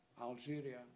Algeria